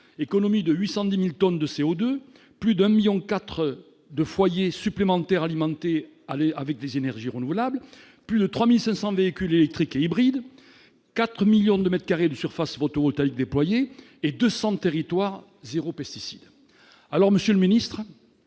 économie de 800 10000 tonnes de CO 2 plus d'un 1000000 4 de foyers supplémentaires alimenter aller avec des énergies renouvelables, plus de 3500 véhicules électriques et hybrides 4 millions de mètres carrés de surface photovoltaïque déployés et 200 territoire 0 pesticide alors Monsieur le Ministre,